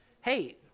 hey